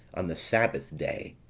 on the sabbath day.